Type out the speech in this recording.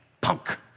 punk